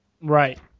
Right